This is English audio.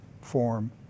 form